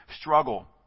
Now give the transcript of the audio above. struggle